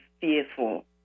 fearful